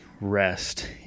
rest